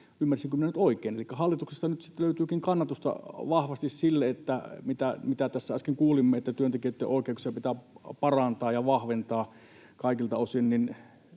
Ymmärsinkö minä nyt oikein? Elikkä hallituksesta nyt sitten löytyykin kannatusta vahvasti sille, mitä tässä äsken kuulimme, että työntekijöitten oikeuksia pitää parantaa ja vahventaa kaikilta osin.